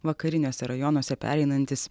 vakariniuose rajonuose pereinantis